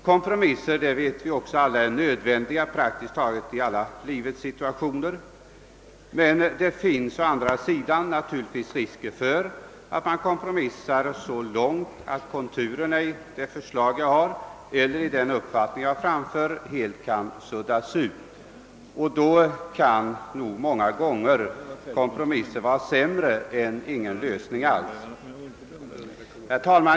Kompromisser är nödvändiga i praktiskt taget alla livets situationer, men å andra sidan finns naturligtvis risker för att man kompromissar så långt att konturerna i ett förslag eller en uppfattning helt kan suddas ut. I sådana lägen kan många gång er kompromisser vara sämre än ingen lösning alls. Herr talman!